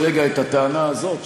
לרגע את הטענה הזאת,